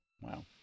Wow